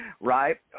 Right